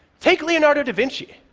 take leonardo da vinci.